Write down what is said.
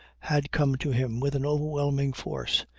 had come to him with an overwhelming force,